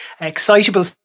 excitable